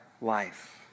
life